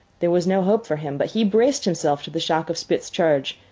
there was no hope for him. but he braced himself to the shock of spitz's charge,